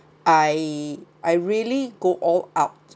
I I really go all out